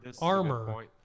armor